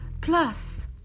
plus